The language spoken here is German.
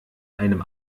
einem